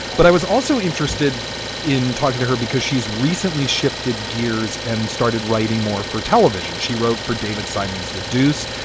but i was also interested in talking to her because she's recently shifted gears and started writing more for television. she wrote for david simons the deuce,